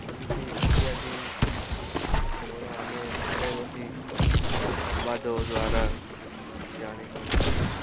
ଏମିତି ଇତ୍ୟାଦି ଖବର ଆମେ ଘରେ ବସି ସମ୍ବାଦ ଦ୍ୱାରା ଜାଣିପାରୁଛୁ